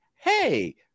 hey